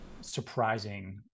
surprising